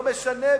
לא משנה,